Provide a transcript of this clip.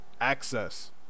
access